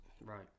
Right